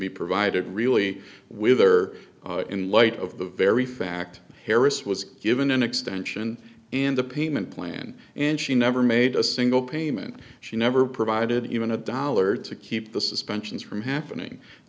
be provided really with or in light of the very fact harris was given an extension and a payment plan and she never made a single payment she never provided even a dollar to keep the suspensions from happening